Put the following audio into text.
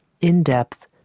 in-depth